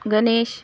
Ganesh